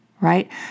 right